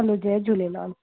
हलो जय झूलेलाल